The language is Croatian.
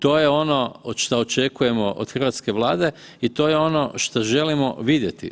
To je ono što očekujemo od hrvatske Vlade i to je ono što želimo vidjeti.